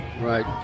right